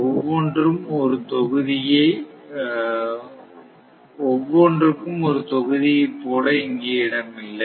ஒவ்வொன்றுக்கும் ஒரு தொகுதியை போட இங்கே இடமில்லை